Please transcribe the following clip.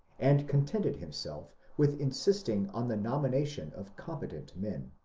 and contented him self with insisting on the nomination of competent men.